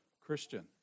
Christian